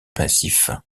massif